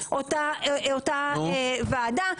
בתוך אותה ועדה.